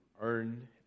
earn